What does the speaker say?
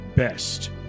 Best